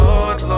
Lord